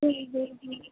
হুম হুম হুম